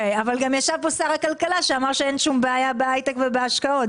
אבל גם ישב כאן שר הכלכלה שאמר שאין שום בעיה בהייטק ובהשקעות.